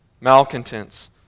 malcontents